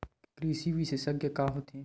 कृषि विशेषज्ञ का होथे?